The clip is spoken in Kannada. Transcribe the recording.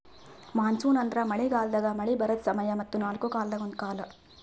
ಮಾನ್ಸೂನ್ ಅಂದುರ್ ಮಳೆ ಗಾಲದಾಗ್ ಮಳೆ ಬರದ್ ಸಮಯ ಮತ್ತ ನಾಲ್ಕು ಕಾಲದಾಗ ಒಂದು ಕಾಲ